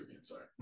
Sorry